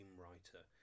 writer